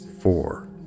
four